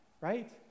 right